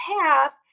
path